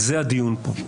על זה הדיון פה.